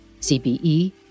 CBE